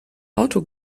auto